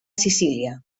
sicília